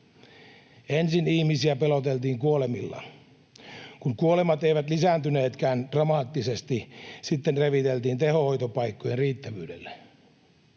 Ensin ihmisiä peloteltiin kuolemilla. Kun kuolemat eivät lisääntyneetkään dramaattisesti, sitten reviteltiin tehohoitopaikkojen riittävyydellä.